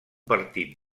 partit